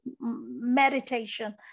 meditation